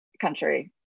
country